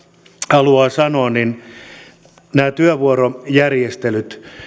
haluaa sanoa näistä työvuorojärjestelyistä